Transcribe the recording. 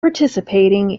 participating